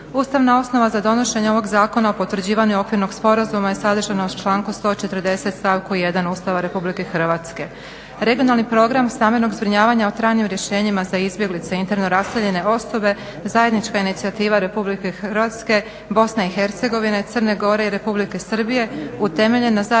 Ustavna osnova za donošenje ovog Zakona o potvrđivanju Okvirnog sporazuma je sadržana u članku 140. stavku 1. Ustava Republike Hrvatske. Regionalni program stambenog zbrinjavanja o trajnim rješenjima za izbjeglice interno raseljene osobe, zajednička inicijativa Republike Hrvatske, Bosne i Hercegovine, Crne Gore i Republike Srbije utemeljena na zajedničkoj